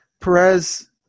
Perez